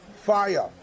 fire